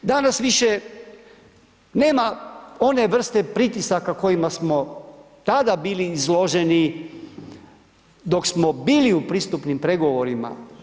Danas više nema one vrste pritisaka kojima smo tada bili izloženi dok smo bili u pristupnim pregovorima.